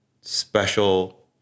special